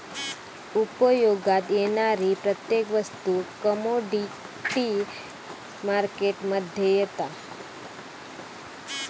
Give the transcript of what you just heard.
उपयोगात येणारी प्रत्येक वस्तू कमोडीटी मार्केट मध्ये येता